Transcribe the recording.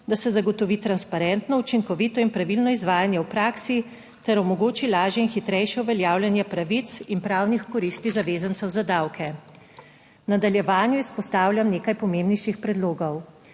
da se zagotovi transparentno, učinkovito in pravilno izvajanje v praksi ter omogoči lažje in hitrejše uveljavljanje pravic in pravnih koristi zavezancev za davke. V nadaljevanju izpostavljam nekaj pomembnejših predlogov.